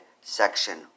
section